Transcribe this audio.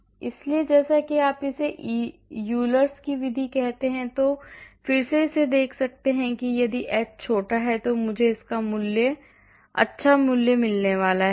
इसलिए जैसे ही आप इसे Euler की विधि कहते हैं और फिर से देख सकते हैं कि यदि h छोटा है तो मुझे इसका अच्छा मूल्य मिलने वाला है